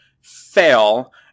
fail